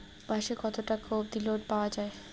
মাসে কত টাকা অবধি লোন পাওয়া য়ায়?